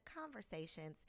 conversations